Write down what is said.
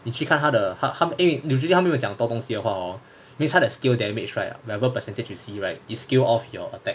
你去看他的他的 err hmm 因为 um usually 他们有讲很多东西的话 hor means 他的 skill damage right level percentage you see right is scale off your attack